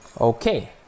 Okay